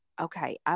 Okay